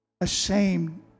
ashamed